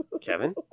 Kevin